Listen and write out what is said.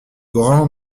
grands